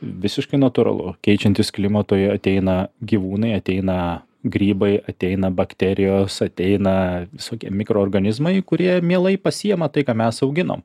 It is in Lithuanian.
visiškai natūralu keičiantis klimatui ateina gyvūnai ateina grybai ateina bakterijos ateina visokie mikroorganizmai kurie mielai pasiima tai ką mes auginam